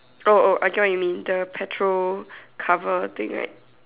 oh oh I get what you mean the petrol cover thing right